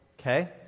okay